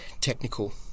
technical